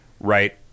right